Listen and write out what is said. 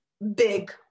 big